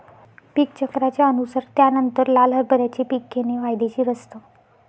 पीक चक्राच्या अनुसार त्यानंतर लाल हरभऱ्याचे पीक घेणे फायदेशीर असतं